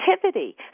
creativity